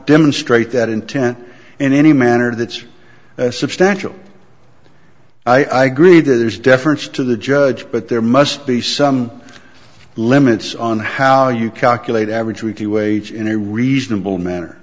demonstrate that intent in any manner that's a substantial i agree there's deference to the judge but there must be some limits on how you calculate average weekly wage in a reasonable manner